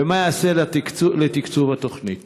2. מה ייעשה לתקצוב התוכנית?